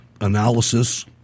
analysis